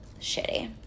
shitty